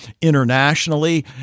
internationally